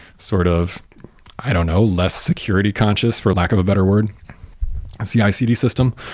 sort of i don't know, less security conscious, for lack of a better word, a cicd system,